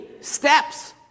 steps